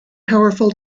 powerful